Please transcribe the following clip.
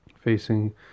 facing